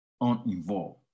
uninvolved